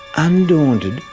undaunted,